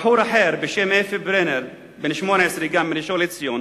בחור אחר בשם אפי ברנר, בן 18, מראשון-לציון,